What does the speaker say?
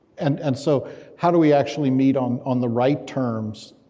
and and so how do we actually meet on on the right terms?